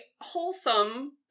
wholesome